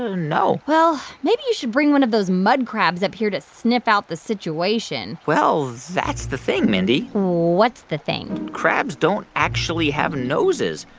ah no well, maybe you should bring one of those mud crabs up here to sniff out the situation well, that's the thing, mindy what's the thing? crabs don't actually have noses.